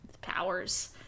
powers